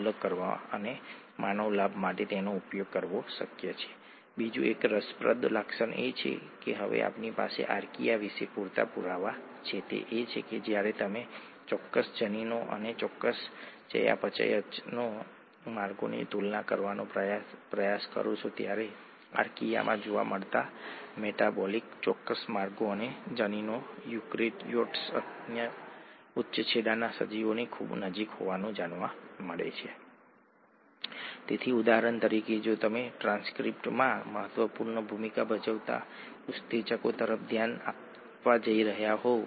આ પોતે જ એક ખૂબ જ રસપ્રદ પ્રક્રિયા છે આ તે જ હતું જે મિશેલે 1966 માં સૂચવ્યું હતું જેણે તેમને નોબેલ પારિતોષિક અપાવ્યું હતું જેણે હાઇડ્રોજન આયન ઢાળ વચ્ચેનું જોડાણ પૂરું પાડ્યું હતું જેણે એટીપી બનાવવાનો માર્ગ પૂરો પાડ્યો હતો જે તે સમયે એક પ્રકારનો ખૂટતો હતો તેમણે આને એક પૂર્વધારણા તરીકે રજૂ કર્યું હતું અને તેમાં ઘણી બધી બાબતો સમજાવવામાં આવી હતી ઠીક છે અને નોબેલ પારિતોષિક પણ મેળવ્યું હતું